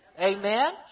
Amen